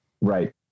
Right